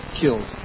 killed